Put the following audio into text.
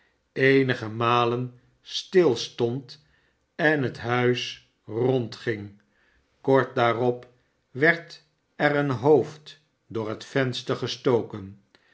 eenige malen stilstond en het huis rondging kort daarop werd er een hoofd door het venster gestoken